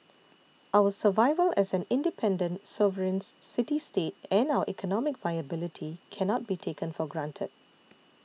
our survival as an independent sovereigns city state and our economic viability cannot be taken for granted